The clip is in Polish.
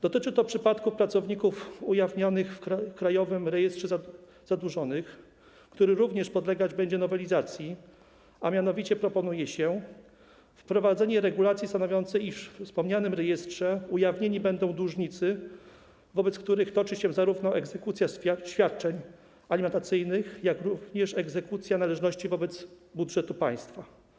Dotyczy to przypadków pracowników ujawnionych w Krajowym Rejestrze Zadłużonych, który również podlegać będzie nowelizacji, a mianowicie proponuje się wprowadzenie regulacji stanowiącej, iż we wspomnianym rejestrze ujawnieni będą dłużnicy, wobec których toczy się zarówno egzekucja świadczeń alimentacyjnych, jak i egzekucja należności wobec budżetu państwa.